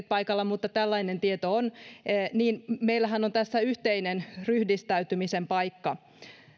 paikalla mutta tällainen tieto on niin meillähän on tässä yhteinen ryhdistäytymisen paikka